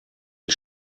ich